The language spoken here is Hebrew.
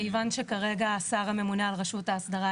כיוון שכרגע השר הממונה על רשות ההסדרה